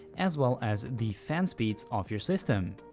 as well as the fan speeds of your system.